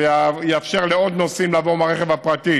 זה יאפשר לעוד נוסעים לעבור מהרכב הפרטי